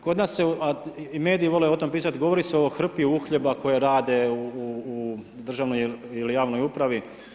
Kod na se, a i mediji vole o tome pričati, govori se o hrpi uhljeba koji rade u državnoj ili javnoj upravi.